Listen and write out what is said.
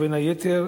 בין היתר,